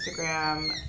Instagram